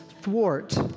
thwart